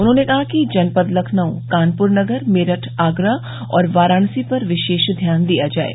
उन्होंने कहा कि जनपद लखनऊ कानपुर नगर मेरठ आगरा और वाराणसी पर विशेष ध्यान दिया जाये